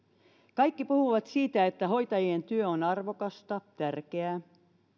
kaikki puhuvat siitä että hoitajien työ on arvokasta tärkeää